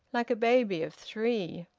like a baby of three.